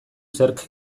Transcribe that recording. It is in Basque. zerk